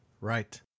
Right